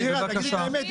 שירה, תגידי את האמת.